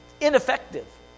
Ineffective